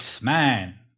man